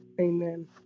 Amen